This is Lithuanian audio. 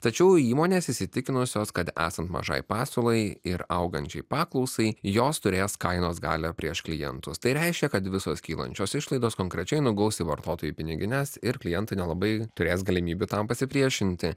tačiau įmonės įsitikinusios kad esant mažai pasiūlai ir augančiai paklausai jos turės kainos galią prieš klientus tai reiškia kad visos kylančios išlaidos konkrečiai nuguls į vartotojų pinigines ir klientai nelabai turės galimybių tam pasipriešinti